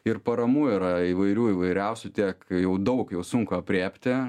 ir paramų yra įvairių įvairiausių tiek jau daug jau sunku aprėpti